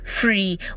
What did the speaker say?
free